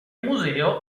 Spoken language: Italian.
museo